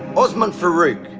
osman farouk.